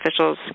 officials